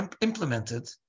implemented